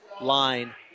line